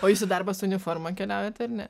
o jūsų į darbą su uniforma keliaujat ar ne